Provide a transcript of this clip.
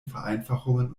vereinfachungen